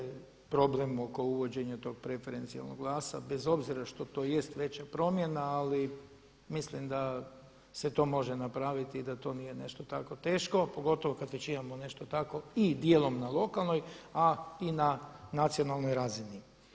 Ma ja mislim da nije problem oko uvođenja tog preferencijalnog glasa bez obzira što to jest veća promjena, ali mislim da se to može napraviti i da to nije nešto tako teško, a pogotovo kad već imamo nešto tako i dijelom na lokalnoj, a i na nacionalnoj razini.